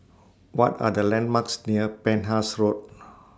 What Are The landmarks near Penhas Road